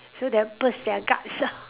so that burst their guts ah